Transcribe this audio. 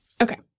Okay